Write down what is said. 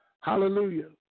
Hallelujah